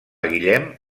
guillem